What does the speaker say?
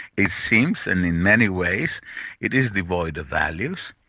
it seems and in many ways it is devoid of values.